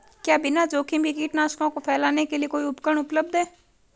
क्या बिना जोखिम के कीटनाशकों को फैलाने के लिए कोई उपकरण उपलब्ध है?